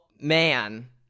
man